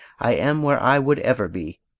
i am where i would ever be,